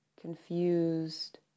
confused